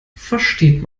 versteht